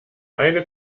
eine